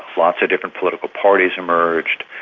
lots of different political parties emerged,